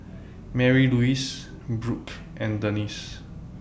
Marylouise Brooke and Denise